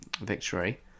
victory